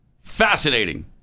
fascinating